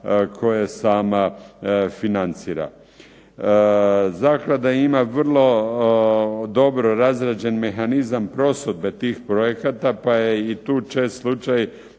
koje sama financira. Zaklada ima vrlo dobro razrađen mehanizam prosudbe tih projekata, pa je i tu čest slučaj